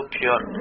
pure